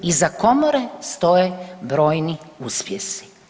Iza komore stoje brojni uspjesi.